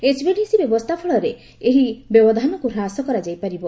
HVDC ବ୍ୟବସ୍ଥା ଫଳରେ ଏହି ବ୍ୟବଧାନକୁ ହ୍ରାସ କରାଯାଇପାରିବ